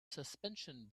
suspension